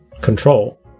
control